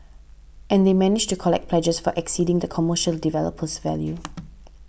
and they managed to collect pledges far exceeding the commercial developer's value